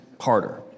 harder